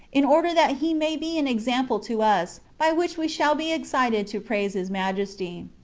in order that he may be an example to us, by which we shall be excited to praise his majesty.